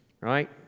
Right